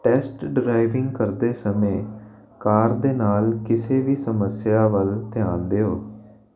test driving ਕਰਦੇ ਸਮੇਂ car ਦੇ ਨਾਲ ਕਿਸੇ ਵੀ ਸਮੱਸਿਆ ਵੱਲ ਧਿਆਨ ਦਿਓ